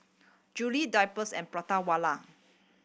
Julie Drypers and Prata Wala